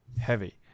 heavy